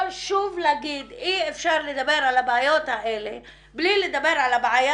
או שוב להגיד שאי אפשר לדבר על הבעיות האלה בלי לדבר על הבעיה